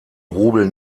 rubel